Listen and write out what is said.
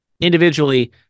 Individually